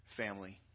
family